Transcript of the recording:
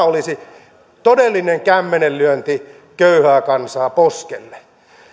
olisi todellinen kämmenenlyönti köyhän kansan poskelle